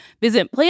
visit